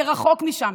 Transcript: זה רחוק משם.